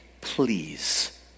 Please